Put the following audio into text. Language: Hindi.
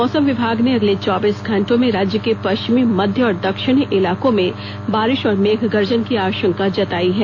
मौसम विभाग ने अगले चौबीस घंटों में राज्य के पश्चिमी मध्य और दक्षिणी इलाकों में बारिश और मेघ गर्जन की आशंका जताई है